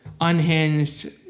unhinged